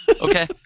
Okay